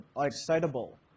excitable